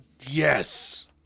yes